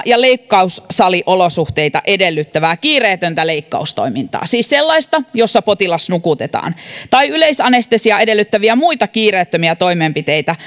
ja leikkaussaliolosuhteita edellyttävää kiireetöntä leikkaustoimintaa siis sellaista jossa potilas nukutetaan tai yleisanestesiaa edellyttäviä muita kiireettömiä toimenpiteitä